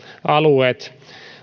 alueet